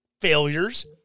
failures